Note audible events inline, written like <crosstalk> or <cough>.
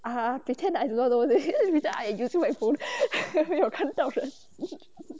I pretend do not know it <laughs> later I using my phone <laughs> then 没有看到人